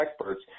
experts